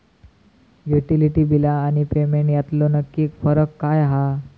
Utility बिला आणि payment यातलो नक्की फरक काय हा?